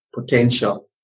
potential